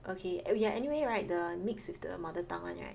okay ya anyway right the mixed with the mother tongue [one] right